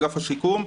אגף השיקום,